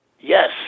yes